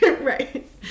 Right